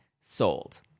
sold